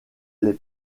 les